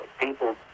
People